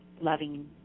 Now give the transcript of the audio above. loving